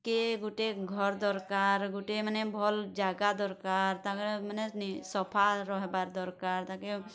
କେ ଗୁଟେ ଘର୍ ଦରକାର୍ ଗୁଟେ ମାନେ ଭଲ୍ ଜାଗା ଦରକାର୍ ତାକର୍ ମାନେ ସଫା ରହିବା ଦରକାର୍ ତାକେ